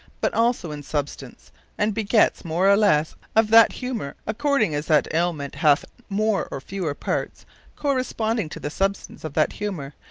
but also in substance and begets more or lesse of that humour, according as that aliment hath more or fewer parts corresponding to the substance of that humour,